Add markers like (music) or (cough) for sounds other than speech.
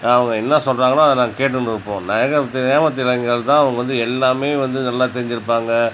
அவங்க என்ன சொல்கிறாங்களோ அதை நாங்கள் கேட்டுன்ரு இருப்போம் (unintelligible) கிராமத்து இளைஞர்கள்தான் அவங்க வந்து எல்லாமே வந்து நல்லா தெரிஞ்சுருப்பாங்க